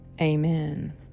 Amen